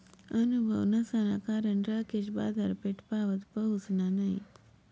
अनुभव नसाना कारण राकेश बाजारपेठपावत पहुसना नयी